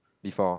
before